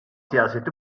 siyaseti